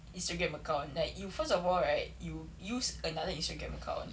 Instagram account like you first of all right you use another Instagram account